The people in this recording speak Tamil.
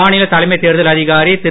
மாநில தலைமை தேர்தல் அதிகாரி திரு